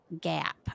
gap